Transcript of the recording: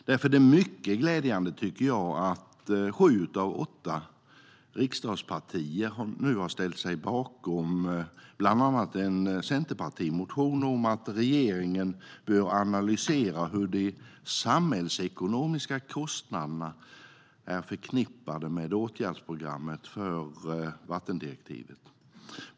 Därför tycker jag att det är mycket glädjande att sju av åtta riksdagspartier nu har ställt sig bakom bland annat en centerpartimotion om att regeringen bör analysera hur de samhällsekonomiska kostnaderna är förknippade med åtgärdsprogrammet för vattendirektivet.